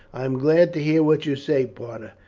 i am glad to hear what you say, parta,